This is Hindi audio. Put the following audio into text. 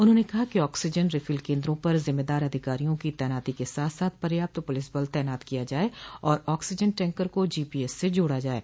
उन्होंने कहा कि ऑक्सीजन रिफिल केन्द्रों पर जिम्मेदार अधिकारियों की तैनाती के साथ साथ पर्याप्त पुलिस बल तैनात किया जाये और ऑक्सीजन टैंकर को जीपीएस से जोड़ा जाये